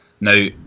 now